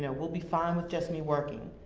yeah we'll be fine with just me working.